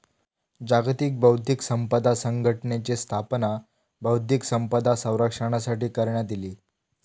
जागतिक बौध्दिक संपदा संघटनेची स्थापना बौध्दिक संपदा संरक्षणासाठी करण्यात इली